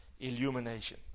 Illumination